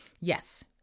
Yes